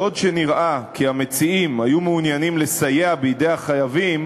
בעוד שנראה כי המציעים היו מעוניינים לסייע בידי החייבים,